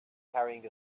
carrying